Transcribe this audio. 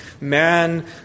man